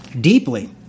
deeply